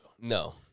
No